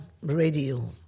radio